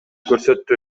көрсөттү